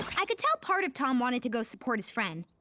i could tell part of tom wanted to go support his friend,